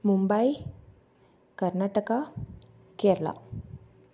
Mumbai Karnataka Kerala